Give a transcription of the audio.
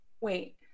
Wait